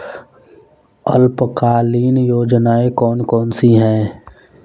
अल्पकालीन योजनाएं कौन कौन सी हैं?